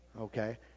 okay